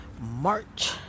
March